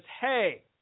hey